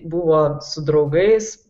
buvo su draugais